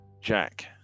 Jack